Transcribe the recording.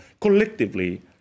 collectively